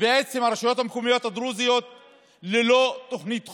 ובעצם הרשויות המקומיות הדרוזיות ללא תוכנית חומש,